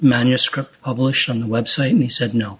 manuscript published on the website and he said no